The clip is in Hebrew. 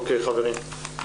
אוקיי, חברים.